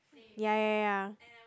ya ya ya